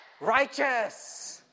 righteous